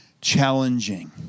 challenging